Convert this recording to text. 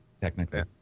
technically